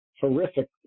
Horrific